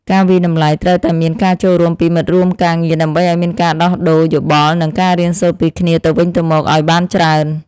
ការវាយតម្លៃត្រូវតែមានការចូលរួមពីមិត្តរួមការងារដើម្បីឱ្យមានការដោះដូរយោបល់និងការរៀនសូត្រពីគ្នាទៅវិញទៅមកឱ្យបានច្រើន។